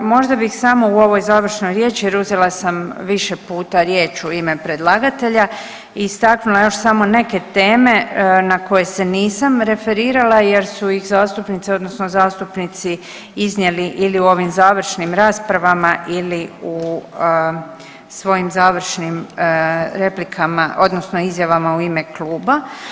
Možda bih samo u ovoj završnoj riječi jer uzela sam više puta riječ u ime predlagatelja, istaknula još samo neke teme na koje se nisam referirala jer su ih zastupnice odnosno zastupnici iznijeli ili u ovim završnim raspravama ili u svojim završnim replikama, odnosno izjavama u ime kluba.